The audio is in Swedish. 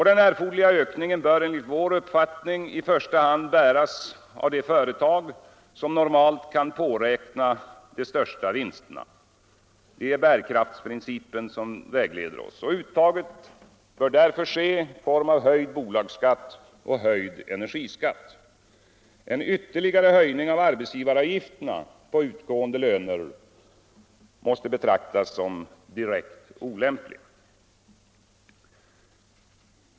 Den erforderliga ökningen bör enligt vår uppfattning i första hand bäras av de företag som normalt kan påräkna de största vinsterna. Det är bärkraftsprincipen som vägleder oss. Uttaget bör därför ske i form av höjd bolagsskatt och höjd energiskatt. En ytterligare höjning av arbetsgivaravgifterna på utgående löner måste betraktas som direkt olämplig.